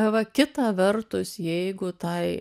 va kita vertus jeigu tai